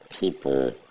people